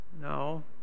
No